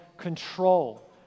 control